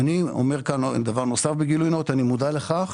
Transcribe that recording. אני אומר כאן דבר נוסף בגילוי נאות והוא שאני מודע לכך